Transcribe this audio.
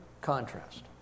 contrast